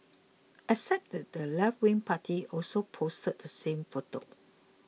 except that the leftwing party also posted the same photo